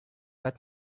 let